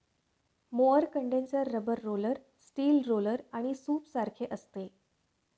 mower condenser rubber roller, steel roller आणि सूपसारखे असते